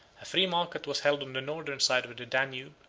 a free market was held on the northern side of the danube,